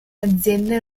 aziende